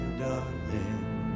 darling